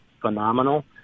phenomenal